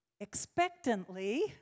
expectantly